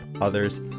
others